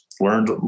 learned